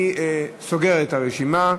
אני סוגר את הרשימה.